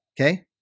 Okay